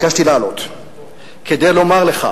ביקשתי לעלות כדי לומר לך